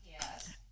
Yes